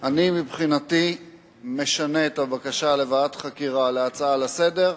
אני מבחינתי משנה את הבקשה לוועדת חקירה להצעה לסדר-היום.